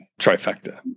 trifecta